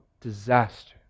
disaster